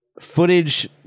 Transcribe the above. footage